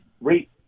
rate